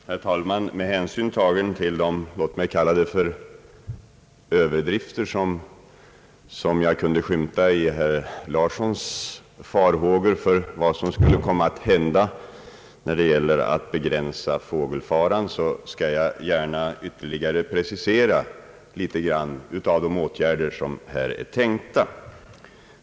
Herr talman! Med hänsyn tagen till de, låt mig kalla det, överdrifter som skymtade i herr Larssons farhågor för vad som skulle komma att hända när det gäller att begränsa fågelfaran, skall jag gärna ytterligare litet grand precisera de åtgärder som är planerade.